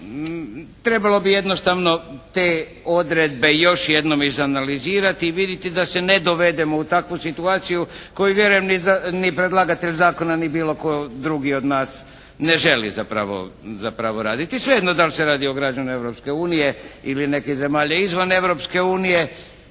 Trebalo bi jednostavno te odredbe još jednom izanalizirati i vidjeti da se ne dovedemo u takvu situaciju koju vjerujem ni predlagatelj zakona ni bilo tko drugi od nas ne želi zapravo raditi. Sve jedno da li se radi o građanu Europske unije ili nekih zemalja izvan Europske unije,